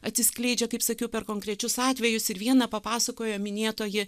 atsiskleidžia kaip sakiau per konkrečius atvejus ir vieną papasakojo minėtoji